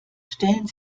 stellen